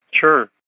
Sure